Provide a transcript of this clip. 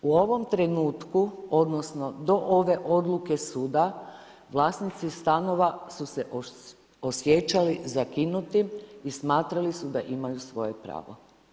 U ovom trenutku odnosno, do ove odluke suda, vlasnici stanova su se osjećali zakinutim i smatrali su da imaju svoje pravo.